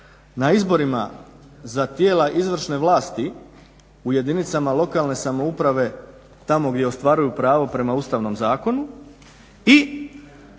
na izborima za tijela izvršne vlasti u jedinicama lokalne samouprave tamo gdje ostvaruju pravo prema Ustavnom zakonu